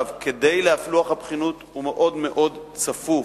לוח הבחינות מאוד צפוף,